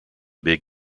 big